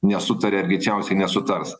nesutaria ir greičiausiai nesutars